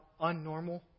unnormal